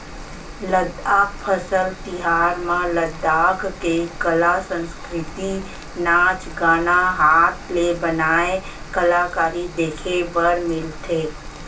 लद्दाख फसल तिहार म लद्दाख के कला, संस्कृति, नाच गाना, हात ले बनाए कलाकारी देखे बर मिलथे